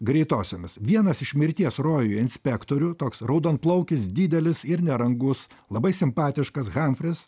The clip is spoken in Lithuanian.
greitosiomis vienas iš mirties rojuje inspektorių toks raudonplaukis didelis ir nerangus labai simpatiškas hamfris